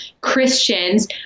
Christians